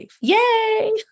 Yay